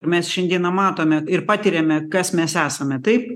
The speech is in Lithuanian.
mes šiandieną matome ir patiriame kas mes esame taip